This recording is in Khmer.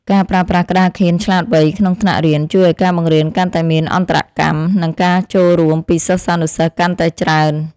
ការប្រើប្រាស់ក្តារខៀនឆ្លាតវៃក្នុងថ្នាក់រៀនជួយឱ្យការបង្រៀនកាន់តែមានអន្តរកម្មនិងការចូលរួមពីសិស្សានុសិស្សកាន់តែច្រើន។